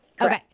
Okay